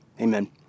Amen